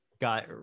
Got